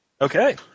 Okay